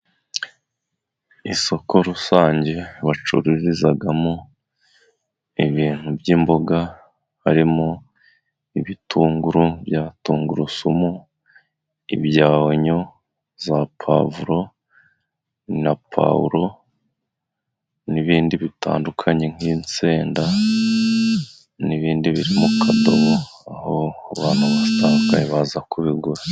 Isoko rusange bacururizamo ibintu by'imboga, harimo ibitunguru bya tungurusumu, ibya onyo, za pawuvro, na pawulo n'ibindi bitandukanye nk'insenda, n'ibindi biri mu kadobo aho abantu batandukanye baza kubigura.